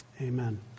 Amen